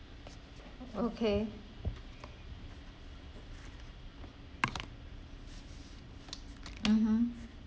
okay mmhmm